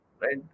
Right